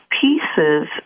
pieces